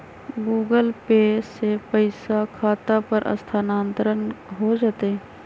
Google Pay से पईसा खाता पर स्थानानंतर हो जतई?